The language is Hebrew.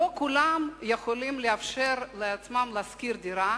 לא כולם יכולים לאפשר לעצמם לשכור דירה,